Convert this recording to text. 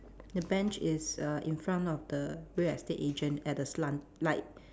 the bench is err in front of the real estate agent at the slant like